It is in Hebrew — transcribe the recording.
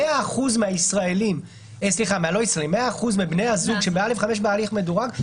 100% מבני הזוג שהם ב-א5 בהליך מדורג,